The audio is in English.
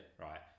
Right